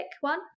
one